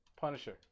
Punisher